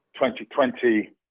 2020